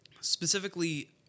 specifically